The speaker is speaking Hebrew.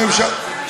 אז מה אתה רוצה?